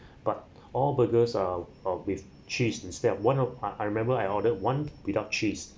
but all burgers are of with cheese instead one of ah I remember I ordered one without cheese